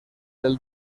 del